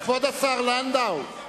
כבוד השר לנדאו.